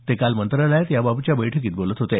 ते काल मंत्रालयात याबाबतच्या बैठकीत बोलत होते